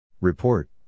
Report